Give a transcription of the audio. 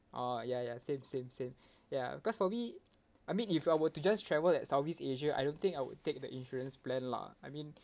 oh ya ya same same same ya cause for me I mean if I were to just travel at southeast asia I don't think I would take the insurance plan lah I mean